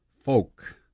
Folk